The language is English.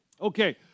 Okay